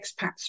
expats